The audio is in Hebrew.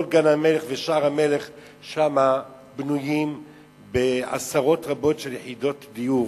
כל גן המלך ושער המלך שם בנויים בעשרות רבות של יחידות דיור,